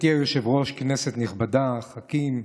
היושבת-ראש, כנסת נכבדה, חברי הכנסת,